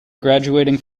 graduating